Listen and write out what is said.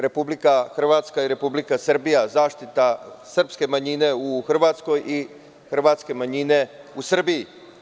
Republika Hrvatska i Republika Srbija, zaštita srpske manjine u Hrvatskoj i hrvatske manjine u Srbiji.